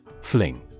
Fling